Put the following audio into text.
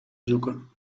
bezoeken